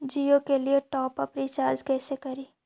जियो के लिए top up recharge कैसे करी?